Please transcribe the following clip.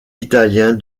italien